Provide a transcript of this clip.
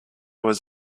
was